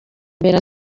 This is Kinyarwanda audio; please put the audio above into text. mbere